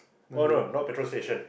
oh no not petrol station